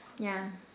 yeah